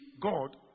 God